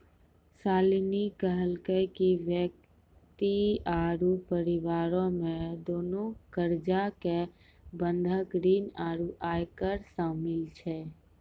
शालिनी कहलकै कि व्यक्ति आरु परिवारो के देलो कर्जा मे बंधक ऋण आरु आयकर शामिल छै